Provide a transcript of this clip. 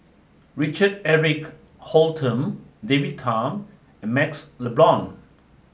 Richard Eric Holttum David Tham and MaxLe Blond